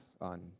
on